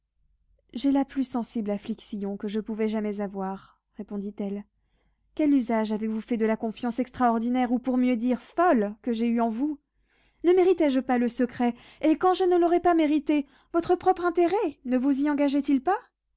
j'ai la plus sensible affliction que je pouvais jamais avoir répondit-elle quel usage avez-vous fait de la confiance extraordinaire ou pour mieux dire folle que j'ai eue en vous ne méritais je pas le secret et quand je ne l'aurais pas mérité votre propre intérêt ne vous y engageait il pas